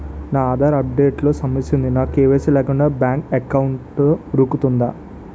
నా Aadhaar update లో సమస్య వుంది నాకు కే.వై.సీ లేకుండా బ్యాంక్ ఎకౌంట్దొ రుకుతుందా?